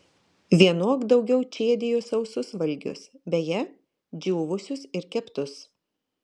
vienok daugiau čėdijo sausus valgius beje džiūvusius ir keptus